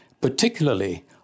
particularly